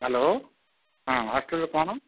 hello ହଁ ହଷ୍ଟେଲରେ କ'ଣ